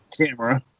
camera